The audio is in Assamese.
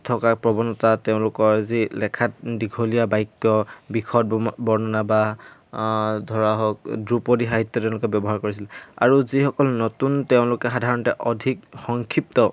থকা প্ৰৱণতা তেওঁলোকৰ যি লেখাত দীঘলীয়া বাক্য বিষদ ব বৰ্ণনা বা ধৰা হওক দ্ৰুপদী সাহিত্য তেওঁলোকে ব্যৱহাৰ কৰিছিল আৰু যিসকল নতুন তেওঁলোকে সাধাৰণতে অধিক সংক্ষিপ্ত